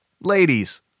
ladies